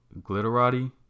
Glitterati